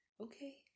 Okay